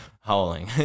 howling